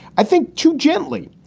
i think too gently.